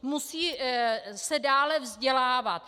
Musí se dále vzdělávat.